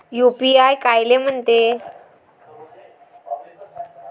UPI कायले म्हनते?